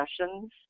sessions